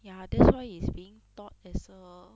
ya that's why is being taught as a